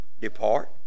depart